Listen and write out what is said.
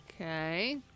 Okay